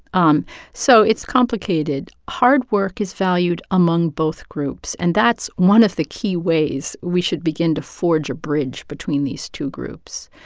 um so it's complicated. hard work is valued among both groups, and that's one of the key ways we should begin to forge a bridge between these two groups.